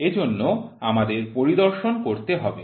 এজন্য আমাদের পরিদর্শন করতে হবে